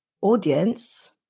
audience